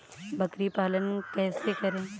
बकरी पालन कैसे करें?